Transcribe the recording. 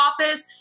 office